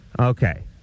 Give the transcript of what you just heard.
Okay